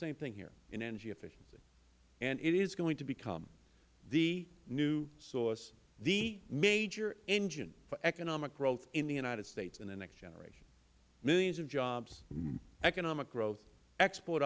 same thing here in energy efficiency and it is going to become the new source the major engine for economic growth in the united states in the next generation millions of jobs economic growth export